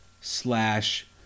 slash